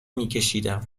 میکشیدم